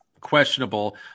questionable